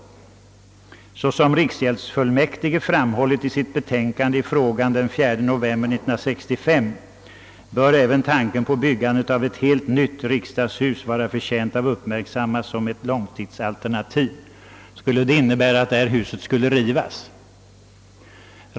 I reservationen sägs, att »såsom riksgäldsfullmäktige framhållit i sitt betänkande i frågan den 4 november 1965 bör även tanken på byggandet av ett helt nytt riksdagshus vara förtjänt att uppmärksammas som ett långsiktsalternativ». Skulle det innebära att detta hus skall rivas?